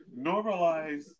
normalize